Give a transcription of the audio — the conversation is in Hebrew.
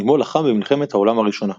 עמו לחם במלחמת העולם הראשונה.